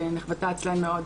שנחוותה אצלם מאוד